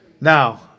Now